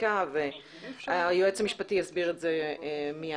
חקיקה והיועץ המשפטי יסביר את זה מיד.